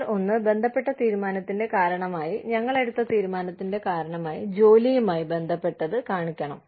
number ഒന്ന് ബന്ധപ്പെട്ട തീരുമാനത്തിന്റെ കാരണമായി ഞങ്ങൾ എടുത്ത തീരുമാനത്തിന്റെ കാരണമായി ജോലിയുമായി ബന്ധപ്പെട്ടത് കാണിക്കണം